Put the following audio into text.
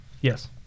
Yes